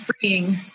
freeing